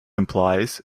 implies